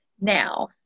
Now